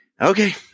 okay